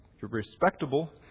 respectable